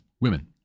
women